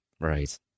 Right